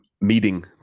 meeting